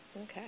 Okay